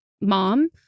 mom